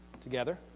together